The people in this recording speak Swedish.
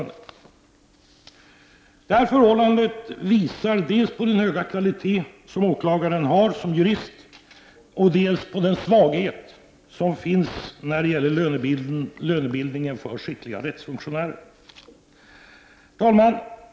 Detta förhållande visar dels på den höga kvalitet som åklagaren har som jurist, dels på den svaghet som finns när det gäller lönebildningen för skickliga rättsfunktionärer. Herr talman!